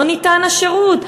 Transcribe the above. לא ניתן השירות.